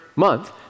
month